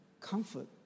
comfort